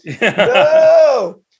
No